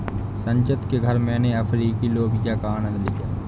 संचित के घर मैने अफ्रीकी लोबिया का आनंद लिया